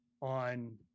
on